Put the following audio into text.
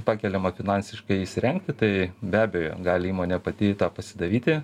pakeliama finansiškai įsirengti tai be abejo gali įmonė pati tą pasidaryti